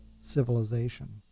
civilization